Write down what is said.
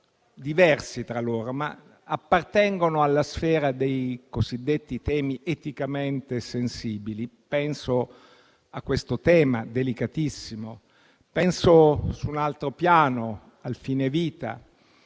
diversi tra loro, ma che appartengono alla sfera dei cosiddetti temi eticamente sensibili: penso a questo tema delicatissimo o, su un altro piano, al fine vita;